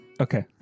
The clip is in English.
Okay